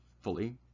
fully